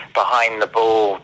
behind-the-ball